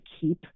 keep